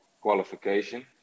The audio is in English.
qualification